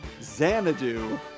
xanadu